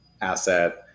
asset